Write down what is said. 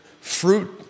fruit